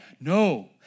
No